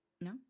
No